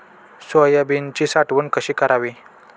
सोयाबीनची साठवण कशी करावी?